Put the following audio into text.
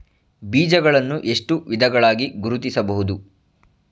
ಬೀಜಗಳನ್ನು ಎಷ್ಟು ವಿಧಗಳಾಗಿ ಗುರುತಿಸಬಹುದು?